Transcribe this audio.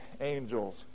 angels